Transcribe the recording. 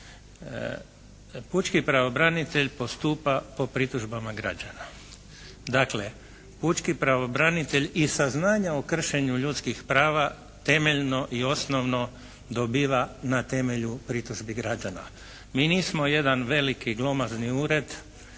Pučki pravobranitelj postupa po pritužbama građana. Dakle pučki pravobranitelj iz saznanja o kršenju ljudskih prava temeljno i osnovno dobiva na temelju pritužbe građana. Mi nismo jedan veliki glomazni ured